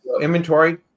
Inventory